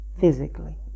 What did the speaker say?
physically